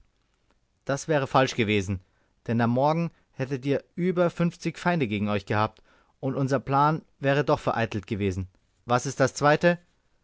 das wäre falsch gewesen denn am morgen hättet ihr über fünfzig feinde gegen euch gehabt und unser plan wäre doch vereitelt gewesen was ist das zweite